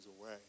away